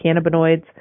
cannabinoids